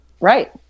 Right